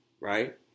right